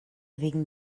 wegen